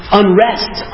unrest